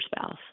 spouse